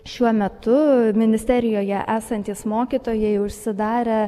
šiuo metu ministerijoje esantys mokytojai užsidarę